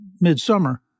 midsummer